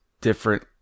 different